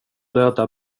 döda